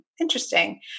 Interesting